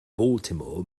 baltimore